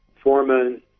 foreman